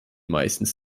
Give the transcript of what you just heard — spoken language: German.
meistens